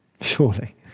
Surely